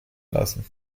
lassen